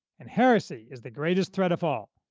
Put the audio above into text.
and heresy is the greatest threat of all.